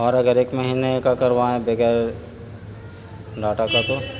اور اگر ایک مہینے کا کروائیں بغیر ڈاٹا کا تو